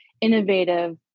innovative